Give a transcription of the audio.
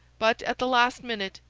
but, at the last minute,